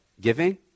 giving